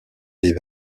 des